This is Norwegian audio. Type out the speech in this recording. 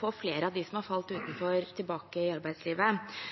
få flere av dem som har falt utenfor, tilbake i arbeidslivet.